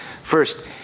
First